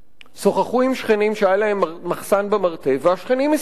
שוחחו עם שכנים שהיה להם מחסן במרתף והשכנים הסכימו.